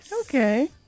Okay